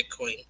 Bitcoin